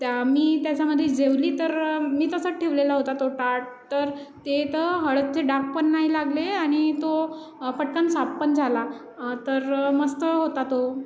त्या मी त्याच्यामध्ये जेवली तर मी तसा ठेवलेला होता तो ताट तर ते तर हळदचे डागपण नाही लागले आणि तो पटकन साफपण झाला तर मस्त होता तो